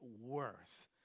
worth